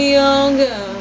younger